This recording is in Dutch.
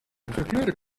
gekleurde